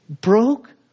broke